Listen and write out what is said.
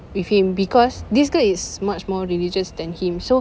with him because this girl is much more religious than him so